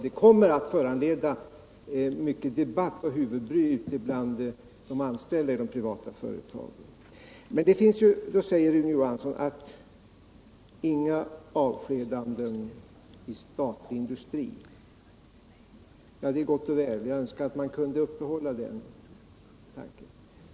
Det kommer att föranleda mycket debatt och huvudbry bland de anställda i de privata företagen. Rune Johansson säger: Inga avskedanden i statlig industri! Det är gott och väl. Jag önskar att man kunde genomföra det.